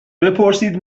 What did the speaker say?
بپرسید